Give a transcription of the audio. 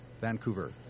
Vancouver